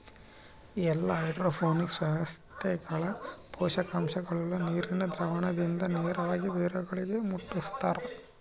ಎಲ್ಲಾ ಹೈಡ್ರೋಪೋನಿಕ್ಸ್ ವ್ಯವಸ್ಥೆಗಳ ಪೋಷಕಾಂಶಗುಳ್ನ ನೀರಿನ ದ್ರಾವಣದಿಂದ ನೇರವಾಗಿ ಬೇರುಗಳಿಗೆ ಮುಟ್ಟುಸ್ತಾರ